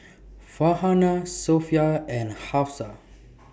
Farhanah Sofea and Hafsa